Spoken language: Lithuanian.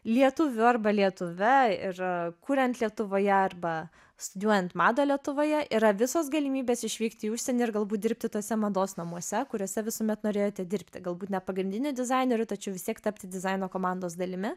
lietuviu arba lietuve ir kuriant lietuvoje arba studijuojant madą lietuvoje yra visos galimybės išvykti į užsienį ir galbūt dirbti tuose mados namuose kuriuose visuomet norėjote dirbti galbūt ne pagrindiniu dizaineriu tačiau vis tiek tapti dizaino komandos dalimi